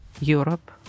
Europe